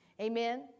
Amen